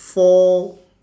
four